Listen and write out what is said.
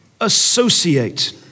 associate